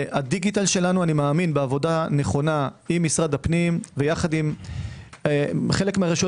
הדיגיטל שלנו אני מאמין בעבודה נכונה עם משרד הפנים ויחד עם חלק מהרשויות